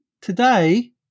today